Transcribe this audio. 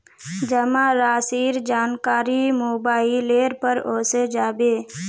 जमा राशिर जानकारी मोबाइलेर पर ओसे जाबे